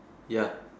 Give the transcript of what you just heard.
ya